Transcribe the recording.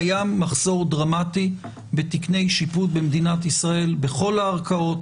קיים מחסור דרמטי בתקני שיפוט במדינת ישראל בכל הערכאות,